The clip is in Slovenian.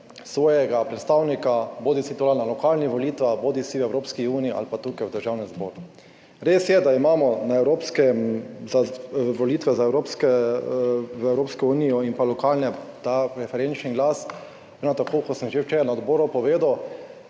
svojega predstavnika bodisi to na lokalnih volitvah bodisi v Evropski uniji ali pa tukaj v Državnem zboru. Res je, da imamo volitve za Evropsko unijo in pa lokalne, ta preferenčni glas, ravno tako kot sem že včeraj na odboru povedal.